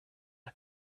and